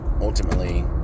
ultimately